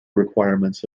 requirements